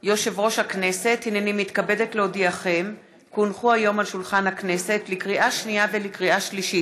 אני קובע כי הצעת החוק אושרה כנדרש בשלוש קריאות.